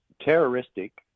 terroristic